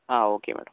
ആ okay madam